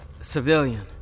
Civilian